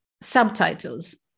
subtitles